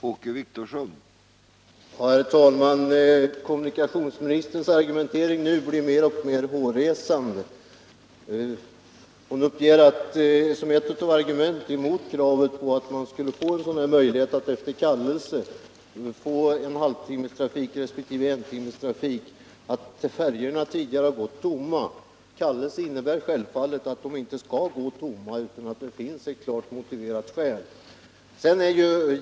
Herr talman! Kommunikationsministerns argumentering blir mer och mer hårresande. Som ett argument mot kravet på att få en möjlighet att efter kallelse få halvtimmestrafik resp. entimmestrafik uppger hon att färjorna tidigare gått tomma. Kallelse innebär självfallet att de inte skall gå tomma utan det skall finnas ett klart behov.